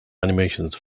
animations